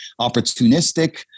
opportunistic